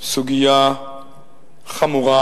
סוגיה חמורה,